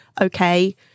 okay